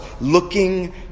looking